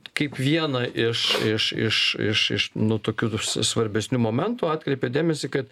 kaip vieną iš iš iš iš iš nu tokių s svarbesnių momentų atkreipė dėmesį kad